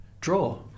draw